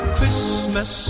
Christmas